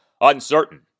uncertain